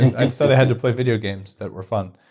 i still had to play video games, that were fun.